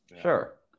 Sure